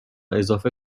اضافه